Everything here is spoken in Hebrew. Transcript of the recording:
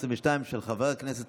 חברי הכנסת,